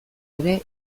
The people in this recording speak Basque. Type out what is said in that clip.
ere